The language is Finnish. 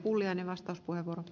arvoisa puhemies